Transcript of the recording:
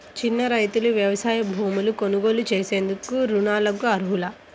చిన్న రైతులు వ్యవసాయ భూములు కొనుగోలు చేసేందుకు రుణాలకు అర్హులా?